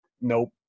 Nope